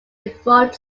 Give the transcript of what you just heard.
default